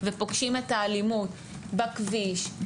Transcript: ופוגשים את האלימות בכביש,